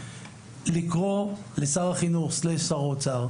לקרוא לשר החינוך/שר האוצר,